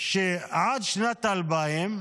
עד שנת 2000,